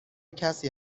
کسی